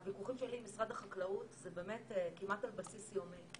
הוויכוחים שלי עם משרד החקלאות זה באמת כמעט על בסיס יומי,